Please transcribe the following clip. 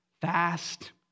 fast